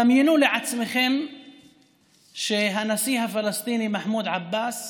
דמיינו לעצמכם שהנשיא הפלסטיני מחמוד עבאס